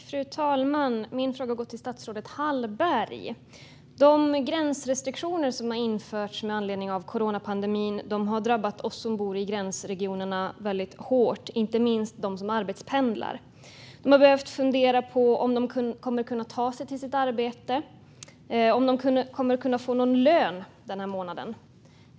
Fru talman! Min fråga går till statsrådet Hallberg. De gränsrestriktioner som har införts med anledning av coronapandemin har drabbat oss som bor i gränsregionerna väldigt hårt, inte minst dem av oss som arbetspendlar. De har behövt fundera på om de kommer att kunna ta sig till sitt arbete och om de kommer att få någon lön den här månaden.